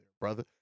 brother